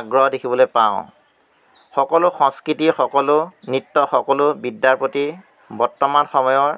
আগ্ৰহ দেখিবলৈ পাওঁ সকলো সংস্কৃতি সকলো নৃত্য সকলো বিদ্যাৰ প্ৰতি বৰ্তমান সময়ৰ